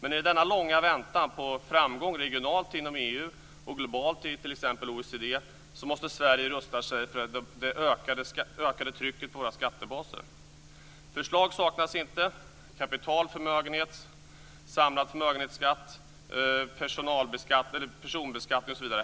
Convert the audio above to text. Under denna långa väntan på framgång regionalt inom EU och globalt inom t.ex. OECD måste Sverige rusta sig för det ökade trycket på våra skattebaser. Förslag saknas inte: kapitalskatt, förmögenhetsskatt, samlad förmögenhetsskatt, personbeskattning, osv.